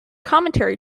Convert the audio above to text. commentary